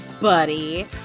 buddy